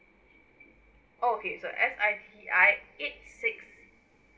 okay so f i g i eight six